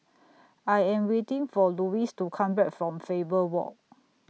I Am waiting For Louis to Come Back from Faber Walk